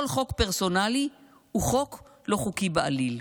כל חוק פרסונלי הוא חוק לא חוקי בעליל.